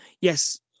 yes